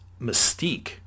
mystique